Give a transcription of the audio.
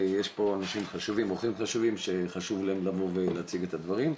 יש פה אורחים חשובים שחשוב להם להציג את הדברים.